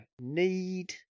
need